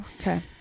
okay